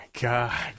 god